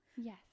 Yes